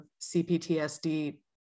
CPTSD